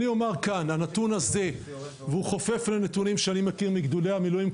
הנתון הזה חופף לנתונים שאני מכיר מגדודי המילואים,